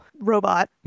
robot